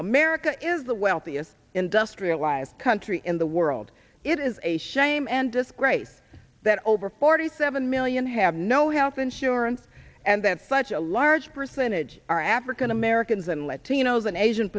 america is the wealthiest industrialized country in the world it is a shame and disgrace that over forty seven million have no health insurance and that such a large percentage are african americans and latinos and asian